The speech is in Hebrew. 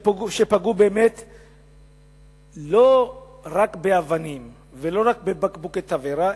שפגעו לא רק באבנים ולא רק בבקבוקי תבערה,